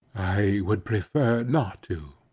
i would prefer not to.